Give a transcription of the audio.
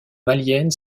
malienne